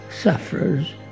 sufferers